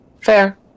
Fair